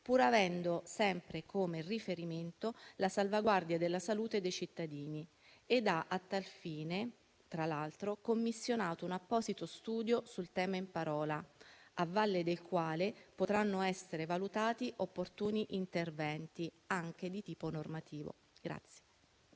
pur avendo sempre come riferimento la salvaguardia della salute dei cittadini, e ha a tal fine, tra l'altro, commissionato un apposito studio sul tema in parola, a valle del quale potranno essere valutati opportuni interventi anche di tipo normativo.